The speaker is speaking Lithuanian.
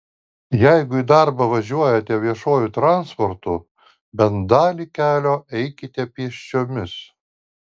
jeigu į darbą važiuojate viešuoju transportu bent dalį kelio eikite pėsčiomis